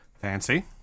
Fancy